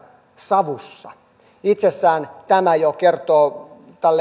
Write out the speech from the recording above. savussa itsessään tämä jo kertoo lyhyen